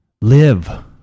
live